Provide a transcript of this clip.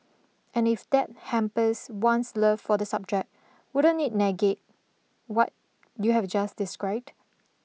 and if that hampers one's love for the subject wouldn't it negate what you have just described